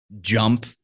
jump